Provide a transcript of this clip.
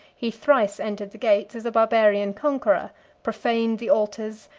he thrice entered the gates as a barbarian conqueror profaned the altars,